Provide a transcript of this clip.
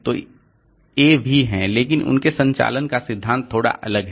तो ये भी हैं लेकिन उनके संचालन का सिद्धांत थोड़ा अलग है